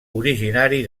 originari